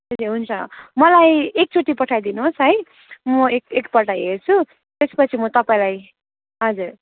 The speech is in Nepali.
ए हुन्छ मलाई एकचोटि पठाइदिनु होस् है म एक एकपल्ट हेर्छु त्यसपछि म तपाईँलाई हजुर